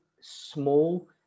small